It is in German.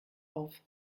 auf